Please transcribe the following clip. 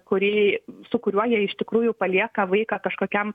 kurį su kuriuo jie iš tikrųjų palieka vaiką kažkokiam